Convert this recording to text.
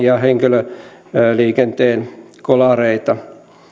ja henkilöliikenteen kolareita